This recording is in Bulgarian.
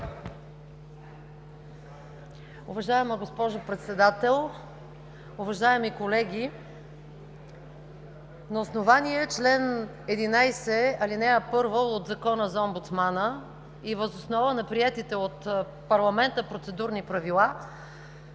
Уважаема госпожо Председател, уважаеми колеги! На основание чл. 11, ал. 1 от Закона за омбудсмана и въз основа на приетите от парламента Процедурни правила,